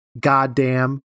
goddamn